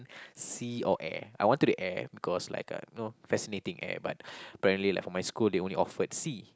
sea or air I wanted to the air because like uh you know fascinating air but apparently like for my school they only offered sea